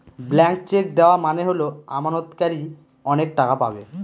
blank cheque দেওয়া মানে হল আমানতকারী অনেক টাকা পাবে